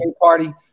party